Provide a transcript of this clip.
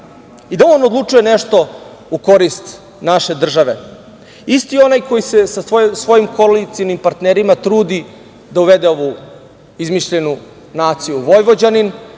i da on odlučuje nešto u korist naše države. Isti onaj koji se sa svojim koalicionim partnerima trudi da uvede ovu izmišljenu naciju „Vojvođanin“,